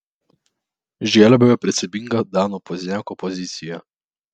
išgelbėjo principinga dano pozniako pozicija